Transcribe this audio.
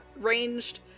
ranged